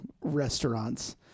restaurants